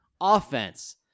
Offense